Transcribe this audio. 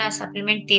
supplement